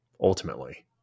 Ultimately